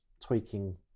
tweaking